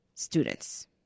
students